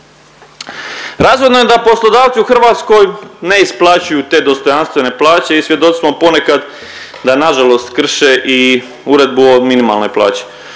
Razvidno je da poslodavci u Hrvatskoj ne isplaćuju te dostojanstvene plaće i svjedoci smo ponekad da nažalost krše i Uredbu o minimalnoj plaći